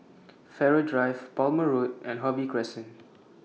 Farrer Drive Palmer Road and Harvey Crescent